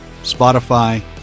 Spotify